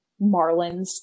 Marlins